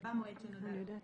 במועד שנודע לו.